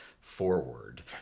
forward